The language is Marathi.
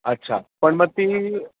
अच्छा पण मग ती